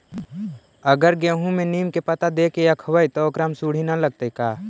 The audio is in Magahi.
अगर गेहूं में नीम के पता देके यखबै त ओकरा में सुढि न लगतै का?